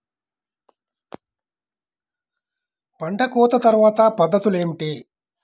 పంట కోత తర్వాత పద్ధతులు ఏమిటి?